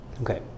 Okay